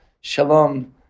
shalom